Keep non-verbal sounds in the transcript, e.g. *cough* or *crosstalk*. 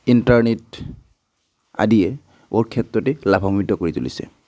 internet আদিয়ে *unintelligible* ক্ষেত্ৰতেই লাভাম্বিত কৰি তুলিছে